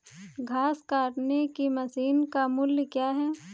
घास काटने की मशीन का मूल्य क्या है?